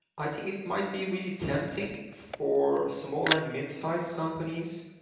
i think it might be really tempting for small and midsize companies,